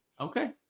Okay